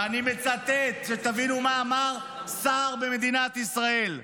ואני מצטט, שתבינו מה אמר שר במדינת ישראל,